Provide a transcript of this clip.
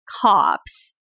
cops